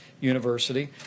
University